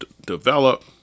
develop